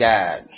God